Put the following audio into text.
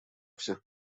всех